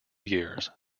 years